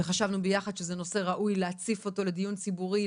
וחשבנו ביחד שזה נושא ראוי להציף אותו לדיון ציבורי,